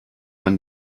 man